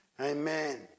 Amen